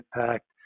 impact